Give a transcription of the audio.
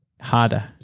Harder